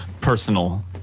personal